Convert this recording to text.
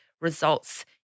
results